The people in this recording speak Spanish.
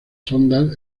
sondas